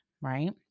right